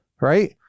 right